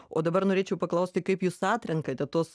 o dabar norėčiau paklausti kaip jūs atrenkate tuos